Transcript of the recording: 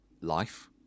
life